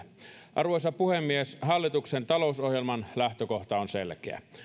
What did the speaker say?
arvoisa puhemies hallituksen talousohjelman lähtökohta on selkeä